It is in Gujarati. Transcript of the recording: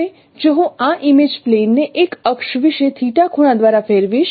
હવે જો હું આ ઇમેજ પ્લેન ને એક અક્ષ વિશે ખૂણા દ્વારા ફેરવીશ